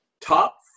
top